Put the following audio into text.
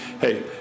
hey